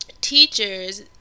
teachers